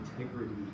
Integrity